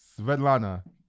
Svetlana